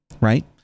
right